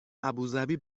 ابوذبی